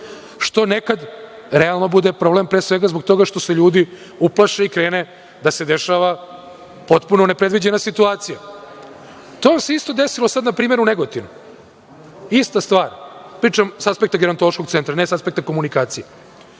što nekad realno bude problem pre svega zbog toga što se ljudi uplaše i krene da se dešava potpuno ne predviđena situacija. To se isto desilo na primeru u Negotinu, ista stvar, pričam sa aspekta Gerontološkog centra, ne sa aspekta komunikacije,